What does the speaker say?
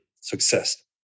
success